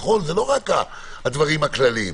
זה לא רק הדברים הכלליים.